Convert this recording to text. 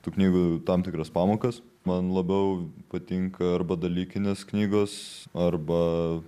tų knygų tam tikras pamokas man labiau patinka arba dalykinės knygos arba